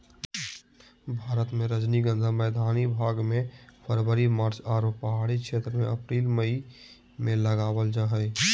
भारत मे रजनीगंधा मैदानी भाग मे फरवरी मार्च आरो पहाड़ी क्षेत्र मे अप्रैल मई मे लगावल जा हय